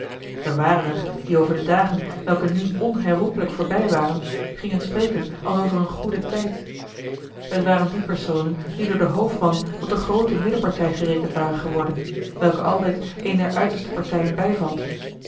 er waren er die over de dagen welke nu onherroepelijk voorbij waren gingen spreken als over een goeden tijd het waren die personen die door den hoofdman tot de groote middenpartij gerekend waren geworden welke altijd een der uiterste partijen bijvalt